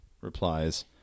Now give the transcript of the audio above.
replies